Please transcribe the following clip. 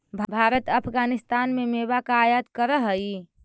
भारत अफगानिस्तान से मेवा का आयात करअ हई